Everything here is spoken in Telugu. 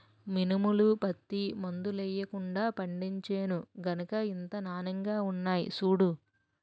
మినుములు, పత్తి మందులెయ్యకుండా పండించేను గనకే ఇంత నానెంగా ఉన్నాయ్ సూడూ